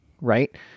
right